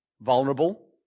vulnerable